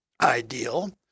ideal